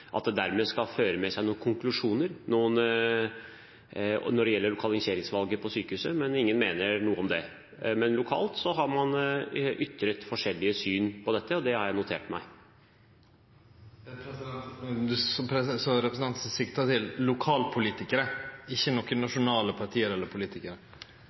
det dermed føre med seg noen konklusjoner når det gjelder lokaliseringsvalget av sykehuset? Ingen mener noe om det. Men lokalt har man ytret forskjellige syn på dette, og det har jeg notert meg. Så representanten sikta til lokalpolitikarar og ikkje til nokon nasjonale parti eller